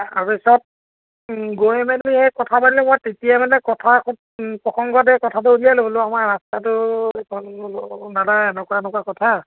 তাৰ পিছত গৈ মেলি এই কথা পাতিলো মই তেতিয়া মানে কথা খুব প্ৰসংগতে কথাটো উলিয়ালো বোলো আমাৰ ৰাস্তাটো এইকন দাদা এনেকুৱা এনেকুৱা কথা